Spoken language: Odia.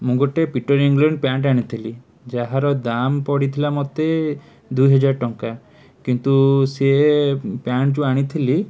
ମୁଁ ଗୋଟେ ପିଟର୍ ଇଂଲଣ୍ଡ ପ୍ୟାଣ୍ଟ ଆଣିଥିଲି ଯାହାର ଦାମ୍ ପଡ଼ିଥିଲା ମୋତେ ଦୁଇହଜାର ଟଙ୍କା କିନ୍ତୁ ସେ ପ୍ୟାଣ୍ଟ ଯେଉଁ ଆଣିଥିଲି